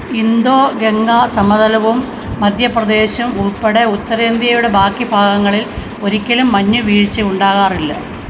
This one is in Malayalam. ഇന്തോ ഗംഗാ സമതലവും മധ്യപ്രദേശും ഉൾപ്പെടെ ഉത്തരേന്ത്യയുടെ ബാക്കി ഭാഗങ്ങളിൽ ഒരിക്കലും മഞ്ഞ് വീഴ്ചയുണ്ടാകാറില്ല